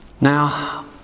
Now